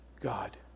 God